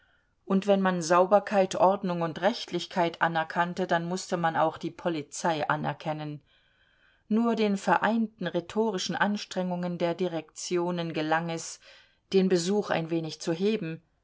und wenn man sauberkeit ordnung und rechtlichkeit anerkannte dann mußte man auch die polizei anerkennen nur den vereinten rhetorischen anstrengungen der direktionen gelang es den besuch ein wenig zu heben